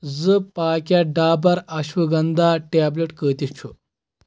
زٕ packet Dabur ashwagandha tablet قۭتِس چھُ